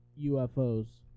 UFOs